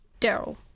Daryl